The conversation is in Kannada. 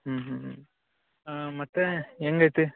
ಹ್ಞೂ ಹ್ಞೂ ಹ್ಞೂ ಮತ್ತೆ ಹೆಂಗೈತೆ